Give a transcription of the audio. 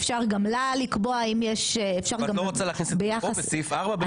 אפשר גם לה לקבוע אם יש -- את לא רוצה להכניס את זה פה בסעיף 4?